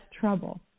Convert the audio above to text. trouble